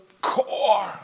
core